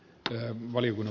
herra puhemies